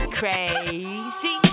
crazy